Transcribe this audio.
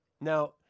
Now